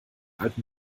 alten